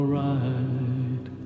right